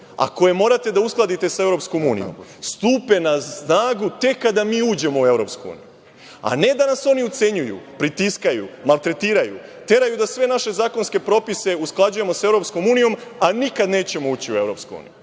a koje morate da uskladite sa EU stupe na snagu tek kada mi uđemo u EU, a ne da nas oni ucenjuju, pritiskaju, maltretiraju, teraju da sve naše zakonske propise usklađujemo sa EU, a nikada nećemo ući u EU.Sam